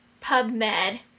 PubMed